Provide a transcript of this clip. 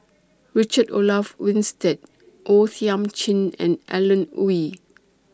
Richard Olaf Winstedt O Thiam Chin and Alan Oei